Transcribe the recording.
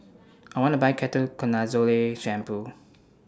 I want to Buy Ketoconazole Shampoo